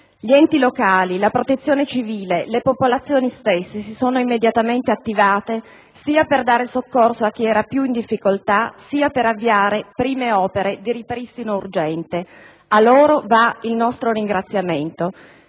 Gli enti locali, la Protezione civile e le popolazioni stesse si sono immediatamente attivate sia per dare soccorso a chi era più in difficoltà sia per avviare prime opere di ripristino urgente; a loro va il nostro ringraziamento.